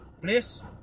place